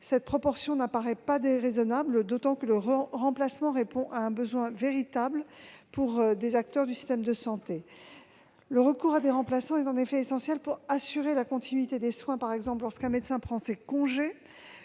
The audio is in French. Cette proportion paraît d'autant moins déraisonnable que le remplacement répond à un besoin véritable des acteurs du système de santé. Le recours à des remplaçants est en effet essentiel pour assurer la continuité des soins, notamment lorsqu'un médecin prend ses congés.